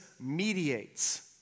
mediates